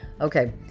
Okay